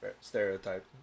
stereotype